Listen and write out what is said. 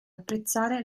apprezzare